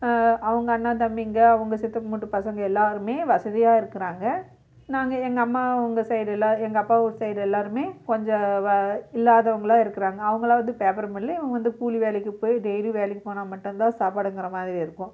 அவங்க அண்ணன் தம்பிங்க அவங்க சித்தப்பன் வீட்டு பசங்கள் எல்லாேருமே வசதியாக இருக்கிறாங்க நாங்கள் எங்கள் அம்மா அவங்க சைடில் எங்கள் அப்பா வீட்டு சைடு எல்லாேருமே கொஞ்சம் வ இல்லாதவங்களாக இருக்கிறாங்க அவங்கலாம் வந்து பேப்பர் மில்லு அவங்க வந்து கூலி வேலைக்கு போய் டெய்லியும் வேலைக்கு போனால் மட்டும் தான் சாப்பாடுங்கிற மாதிரி இருக்கும்